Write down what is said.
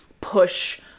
push